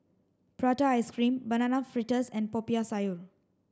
prata ice cream banana fritters and Popiah Sayur